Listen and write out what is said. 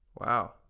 Wow